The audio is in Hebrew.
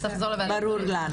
ברור לנו.